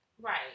Right